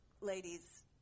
ladies